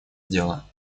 дела